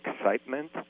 excitement